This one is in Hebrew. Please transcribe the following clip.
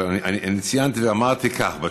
אבל אני ציינתי ואמרתי כך בתשובה: